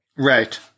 Right